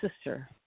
sister